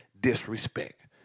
disrespect